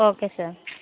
okay sir